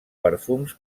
perfums